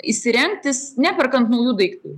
įsirengti neperkant naujų daiktų